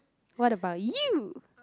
what about you